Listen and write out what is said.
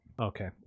Okay